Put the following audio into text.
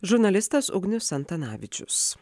žurnalistas ugnius antanavičius